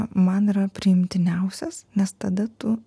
man yra priimtiniausias nes tada tu